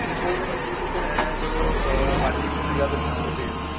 ਕੋਈ ਨੀ ਤੁਸੀਂ ਫੇਰ ਐਅ ਕਰੋ ਅੱਜ ਈ ਮੈਨੂੰ ਜਾਂ ਤਾਂ ਸ਼ਾਮ ਨੂੰ ਭੇਜ ਦੋ